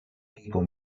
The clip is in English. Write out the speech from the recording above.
people